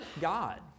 God